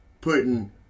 putting